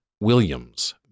Williams